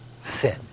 sin